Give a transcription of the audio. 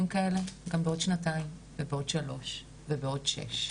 כאלה גם בעוד שנתיים ובעוד שלוש ובעוד שש.